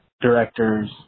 directors